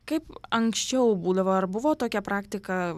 kaip anksčiau būdavo ar buvo tokia praktika